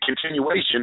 continuation